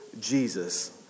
Jesus